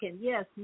yes